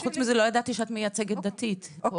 וחוץ מזה, לא ידעתי שאת מייצגת דתית פה.